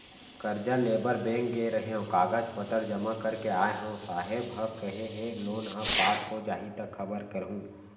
करजा लेबर बेंक गे रेहेंव, कागज पतर जमा कर के आय हँव, साहेब ह केहे हे लोन ह पास हो जाही त खबर करहूँ